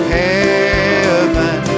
heaven